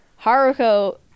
Haruko